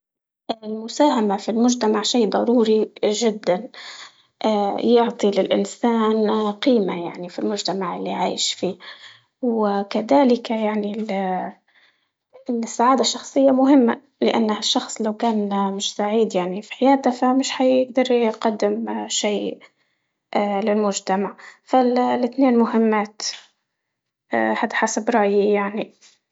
المساهمة في المجتمع شي ضروري جدا يعطي للإنسان قيمة يعني في المجتمع اللي عايش فيه، وكدلك يعني ال- السعادة الشخصية مهمة لأن الشخص لو كان مش سعيد يعني في حياته فمش حيقدر يقدم شي للمجتمع، فالاتنين مهمات هاد حسب رأيي يعني.